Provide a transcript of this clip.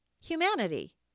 humanity